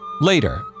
Later